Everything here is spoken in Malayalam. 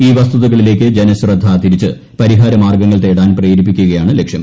ഈ വസ്തുതകളിലേക്ക് ജനശ്രദ്ധ തിരിച്ച് പരിഹാര മാർഗ്ഗങ്ങൾ തേടാൻ പ്രേരിപ്പിക്കുകയാണ് ലക്ഷ്യം